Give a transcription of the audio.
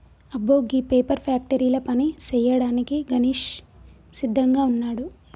అబ్బో గీ పేపర్ ఫ్యాక్టరీల పని సేయ్యాడానికి గణేష్ సిద్దంగా వున్నాడు